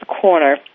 corner